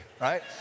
right